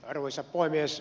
arvoisa puhemies